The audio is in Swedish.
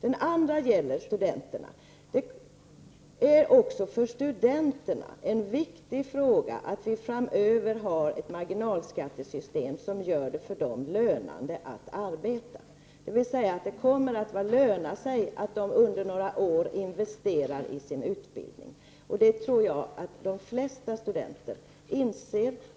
Också för studenterna är det viktigt att vi framöver har ett marginalskattesystem som gör det lönande för dem att arbeta — dvs. att det kommer att löna sig för dem att under några år investera i sin utbildning. Det tror jag att de flesta studenter inser.